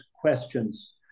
questions